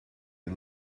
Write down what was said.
you